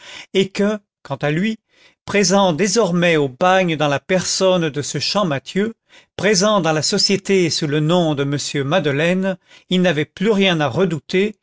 et que quant à lui présent désormais au bagne dans la personne de ce champmathieu présent dans la société sous le nom de m madeleine il n'avait plus rien à redouter